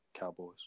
Cowboys